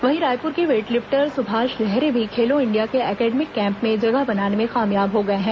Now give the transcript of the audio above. वहीं रायपुर के वेटलिफ्टर सुभाष लहरे भी खेलो इंडिया के एकेडमिक कैंप में जगह बनाने में कामयाब हो गए हैं